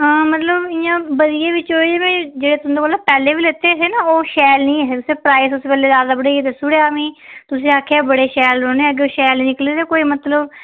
हां मतलब इयां बधिया बिच ओ ही जेह्ड़े जेह्ड़े तुं'दे कोला पैह्ले बी लेते हे ना ओह् शैल नी ऐ हे तुसैं प्राइस उस बेल्लै ज्यादा बनाइयै दस्सूड़ेआ हा मिं तुसें आखेआ बड़े शैल ओह् नि अग्गै शैल निकले कोइ मतलब